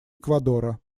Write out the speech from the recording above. эквадора